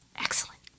excellent